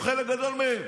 או חלק גדול מהם.